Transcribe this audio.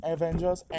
Avengers